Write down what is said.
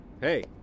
Hey